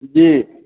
जी